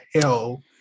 hell